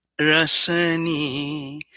Rasani